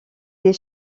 des